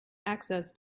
access